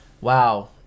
wow